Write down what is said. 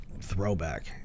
throwback